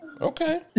Okay